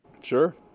sure